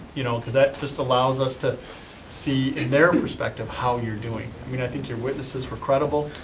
you know cause that just allows us to see in their perspective how you're doing. i mean i think your witnesses were credible.